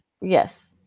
Yes